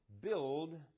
build